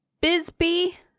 bisbee